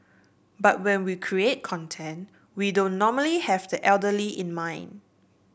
but when we create content we don't normally have the elderly in mind